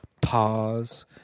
pause